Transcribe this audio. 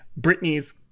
Britney's